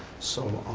so.